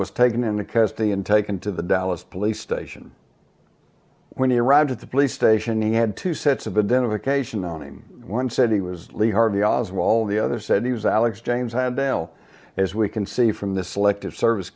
was taken into custody and taken to the dallas police station when he arrived at the police station he had two sets of and then of occasion on him one said he was lee harvey oswald the other said he was alex james had dale as we can see from the selective service